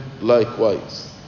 likewise